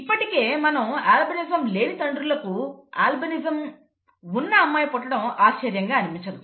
ఇప్పటికే మనకి అల్బినిజం లేని తల్లిదండ్రులకు అల్బినిజం కు ఉన్న అమ్మాయి పుట్టడం ఆశ్చర్యంగా అనిపించదు